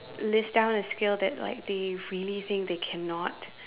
list down a skill that like they really think they cannot